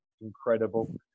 incredible